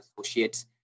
associates